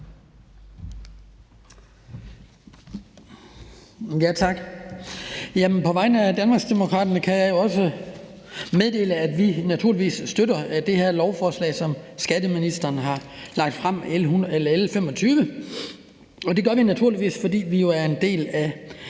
På vegne af Danmarksdemokraterne kan jeg jo også meddele, at vi naturligvis støtter det her lovforslag, som skatteministeren har fremsat, altså L 25. Det gør vi naturligvis, fordi vi jo er en del af